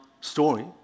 story